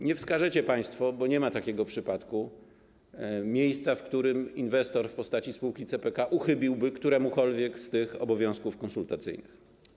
Nie wskażecie państwo, bo nie ma takiego przypadku, miejsca, w którym inwestor w postaci spółki CPK uchybiłby któremukolwiek z obowiązków konsultacyjnych.